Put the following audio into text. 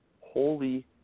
holy